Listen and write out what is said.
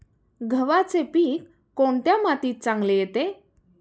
गव्हाचे पीक कोणत्या मातीत चांगले येते?